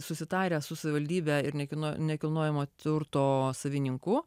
susitarę su savivaldybe ir nekilnojamo turto savininku